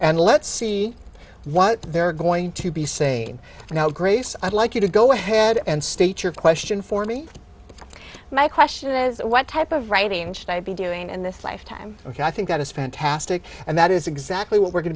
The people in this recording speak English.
and let's see what they're going to be saying now grace i'd like you to go ahead and state your question for me my question is what type of writing should i be doing and this lifetime ok i think that is fantastic and that is exactly what we're going